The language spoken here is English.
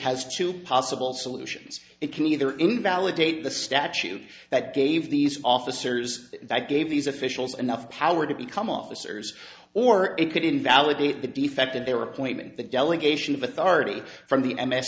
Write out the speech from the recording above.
has two possible solutions it can either invalidate the statute that gave these officers that gave these officials enough power to become officers or it could invalidate the defect in their appointment the delegation of authority from the m s